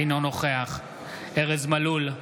אינו נוכח ארז מלול,